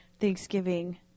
Thanksgiving